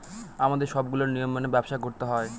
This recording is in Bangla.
আমাদের সবগুলো নিয়ম মেনে ব্যবসা করতে হয়